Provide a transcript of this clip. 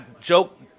joke